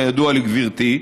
כידוע לגברתי,